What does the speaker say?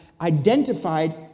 identified